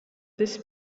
this